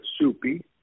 Soupy